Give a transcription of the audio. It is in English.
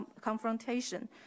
confrontation